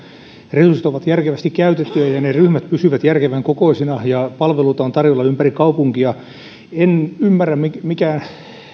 resurssit ovat järkevästi käytettyjä ne ryhmät pysyvät järkevän kokoisina ja palveluita on tarjolla ympäri kaupunkia en ymmärrä mikä mikä